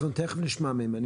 אנחנו תכף נשמע מהם.